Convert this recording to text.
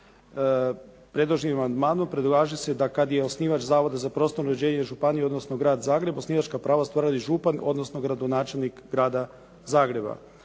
Predloženim amandmanom predlaže se da kada je osnivač Zavod za prostorno uređenje županije, odnosno grad Zagreb, osnivačka prava ostvaruje župan, odnosno gradonačelnik grada Zagreba.